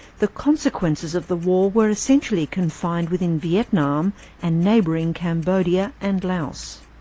the consequences of the war were essentially confined within vietnam and neighbouring cambodia and laos.